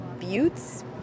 buttes